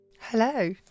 Hello